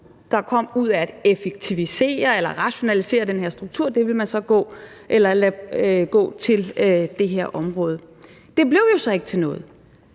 der kom ud af at effektivisere eller rationalisere den her struktur, ville man så lade gå til det her område. Det blev jo så ikke til noget,